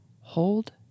hold